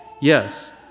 Yes